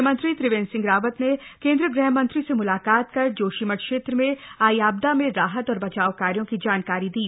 म्ख्यमंत्री त्रिवेंद्र सिंह रावत न केंद्रीय गृह मंत्री स म्लाकात कर जोशीमठ क्षघ्ठ में आई आपदा में राहत और बचाव कार्यो की जानकारी दी